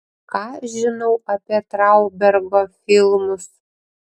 ką žinau apie traubergo filmus